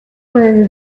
were